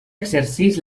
exerceix